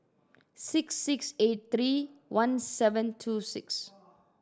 six six eight three one seven two six